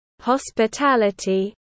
hospitality